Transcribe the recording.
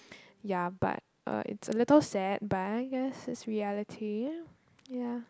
ya but uh it's a little sad but I guess it's reality ya